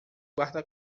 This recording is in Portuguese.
guarda